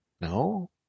no